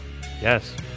Yes